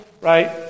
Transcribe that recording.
right